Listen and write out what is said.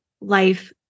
life